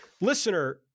Listener